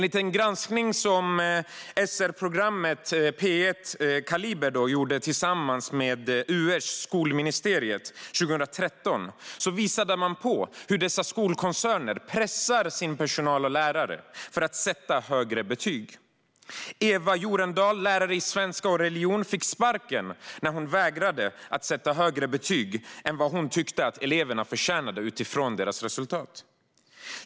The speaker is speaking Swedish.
I en granskning som SR-programmet P1 Kaliber gjorde tillsammans med UR:s Skolministeriet 2013 visade man hur dessa skolkoncerner pressar sin personal och sina lärare att sätta högre betyg. Eva Jorendahl, lärare i svenska och religion, fick sparken när hon vägrade sätta högre betyg än hon tyckte att eleverna förtjänade utifrån resultaten.